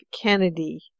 Kennedy